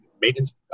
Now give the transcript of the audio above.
maintenance